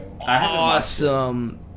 awesome